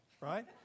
right